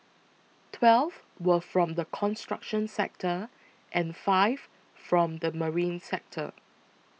twelve were from the construction sector and five from the marine sector